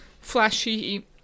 flashy